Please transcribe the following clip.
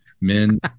Men